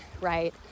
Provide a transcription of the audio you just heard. right